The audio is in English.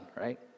right